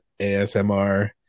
ASMR